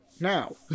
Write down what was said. now